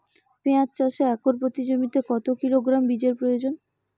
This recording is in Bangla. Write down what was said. পেঁয়াজ চাষে একর প্রতি জমিতে কত কিলোগ্রাম বীজের প্রয়োজন?